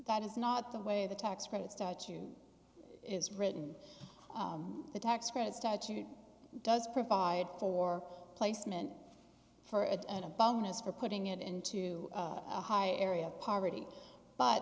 that is not the way the tax credit statute is written the tax credit statute does provide for placement for it and a bonus for putting it into a higher area of poverty but